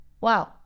wow